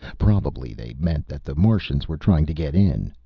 probably they meant that the martians were trying to get in.